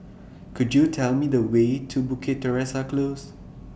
Could YOU Tell Me The Way to Bukit Teresa Close